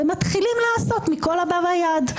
ומתחילים לעשות מכל הבא ליד?